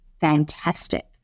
fantastic